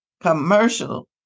commercial